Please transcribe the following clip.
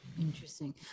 interesting